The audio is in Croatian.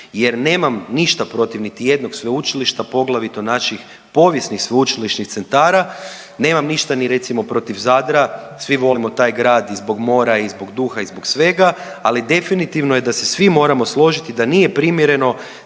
jer nemam ništa protiv niti jednog sveučilišta, poglavito naših povijesnih sveučilišnih centara, nema ništa ni recimo protiv Zadra svi volimo taj grad i zbog mora i zbog duha i zbog svega, ali definitivno je da se svi moramo složiti da nije primjereno